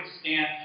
stand